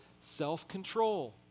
self-control